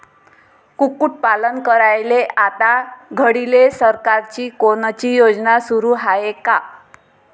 कुक्कुटपालन करायले आता घडीले सरकारची कोनची योजना सुरू हाये का?